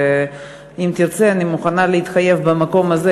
ואם תרצה אני מוכנה להתחייב במקום הזה,